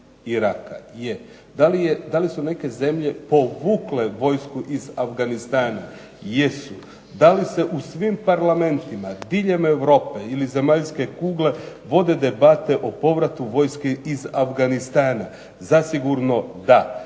Je. Da li su neke zemlje povukle vojsku iz Afganistana? Jesu. Da li se u svim parlamentima diljem Europe ili zemaljske kugle vode debate o povratu vojske iz Afganistana? Zasigurno da.